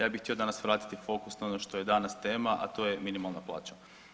Ja bih htio danas vratiti fokus na ono što je danas tema, a to je minimalna plaća.